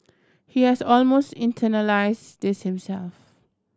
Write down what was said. he has almost internalise this himself